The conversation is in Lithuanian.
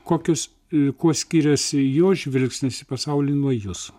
kokius a kuo skiriasi jo žvilgsnis į pasaulį nuo jūsų